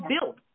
built